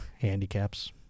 handicaps